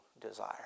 desire